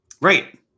Right